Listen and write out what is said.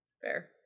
Fair